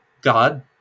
God